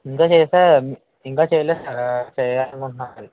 ఇంకా చేస్తే ఇంకా చేయలేదు సార్ చేయాలనుకుంటున్నా అది